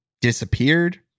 disappeared